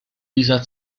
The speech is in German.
dieser